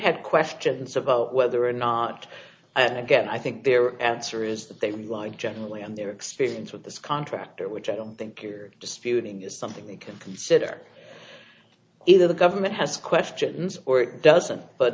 had questions about whether or not and again i think their answer is that they rely generally on their experience with this contractor which i don't think you're disputing is something we can consider either the government has questions or it doesn't but